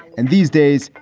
and these days,